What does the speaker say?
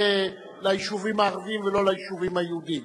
ליישובים הערביים ולא ליישובים היהודיים.